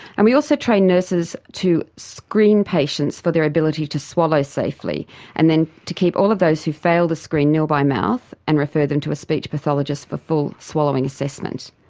and we also trained nurses to screen patients for their ability to swallow safely and then to keep all of those who failed the screen nil by mouth and refer them to a speech pathologist for full swallowing assessment.